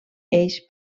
eix